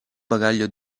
bagaglio